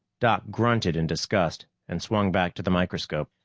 doc grunted in disgust and swung back to the microscope.